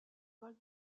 ball